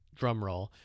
drumroll